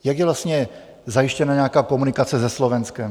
Jak je vlastně zajištěna nějaká komunikace se Slovenskem?